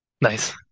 Nice